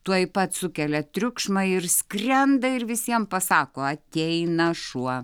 tuoj pat sukelia triukšmą ir skrenda ir visiem pasako ateina šuo